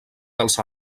dels